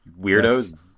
Weirdos